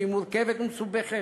שהיא מורכבת ומסובכת